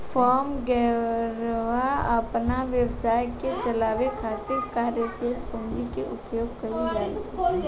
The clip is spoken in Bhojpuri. फार्म वैगरह अपना व्यवसाय के चलावे खातिर कार्यशील पूंजी के उपयोग कईल जाला